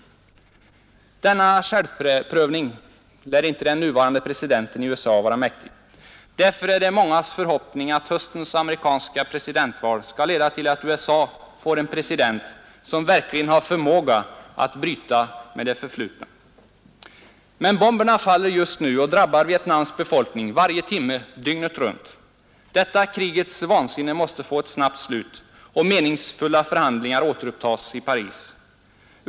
Denna själv prövning lär inte den nuvarande presidenten i USA vara mäktig. Därför är det mångas förhoppning att höstens amerikanska presidentval skall leda till att USA får en president som verkligen har förmåga att bryta med det förflutna. Men bomberna faller just nu och drabbar Vietnams befolkning varje timme dygnet runt. Detta krigets vansinne måste få ett snabbt slut och meningsfulla förhandlingar återupptas i Paris.